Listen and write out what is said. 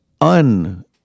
un-